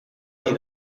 nahi